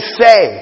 say